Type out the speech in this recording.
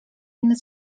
inny